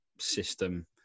system